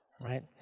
right